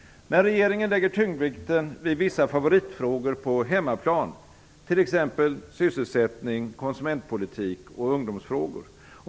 Men regeringen lägger huvudvikten vid vissa favoritfrågor på hemmaplan, t.ex. sysselsättning, konsumentpolitik och ungdomsfrågor.